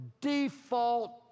default